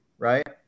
Right